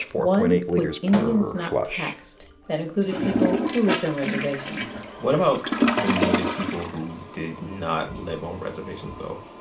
one was indians not taxed. that included people who lived on reservations what about the native people who did not live on reservations, though?